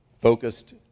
focused